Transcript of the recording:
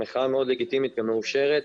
מחאה מאוד לגיטימית ומאושרת.